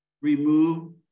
remove